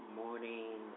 morning